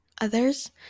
others